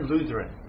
Lutheran